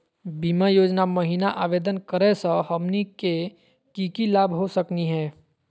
बीमा योजना महिना आवेदन करै स हमनी के की की लाभ हो सकनी हे?